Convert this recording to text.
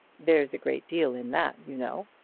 there's a great deal in that, you know.